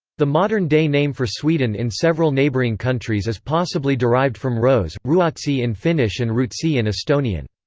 the modern day name for sweden in several neighbouring countries is possibly derived from roths, ruotsi in finnish and rootsi in estonian.